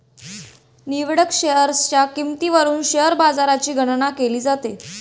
निवडक शेअर्सच्या किंमतीवरून शेअर बाजाराची गणना केली जाते